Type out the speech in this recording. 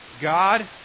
God